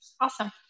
Awesome